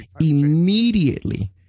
immediately